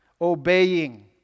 obeying